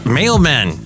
mailmen